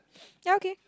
ya okay